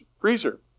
freezer